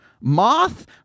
moth